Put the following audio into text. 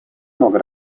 много